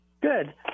Good